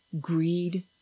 greed